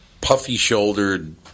puffy-shouldered